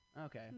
Okay